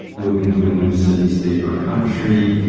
moving to a new city, state or country,